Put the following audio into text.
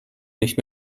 nicht